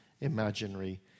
imaginary